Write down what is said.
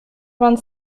vingt